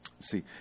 See